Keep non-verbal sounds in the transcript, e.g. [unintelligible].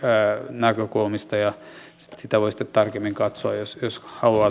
näkökulmistakin ja sitä voi sitten tarkemmin katsoa jos jos haluaa [unintelligible]